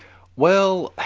well,